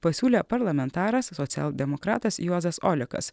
pasiūlė parlamentaras socialdemokratas juozas olekas